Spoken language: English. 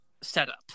setup